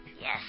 Yes